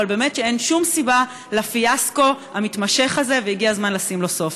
אבל באמת שאין שום סיבה לפיאסקו המתמשך הזה והגיע הזמן לשים לו סוף.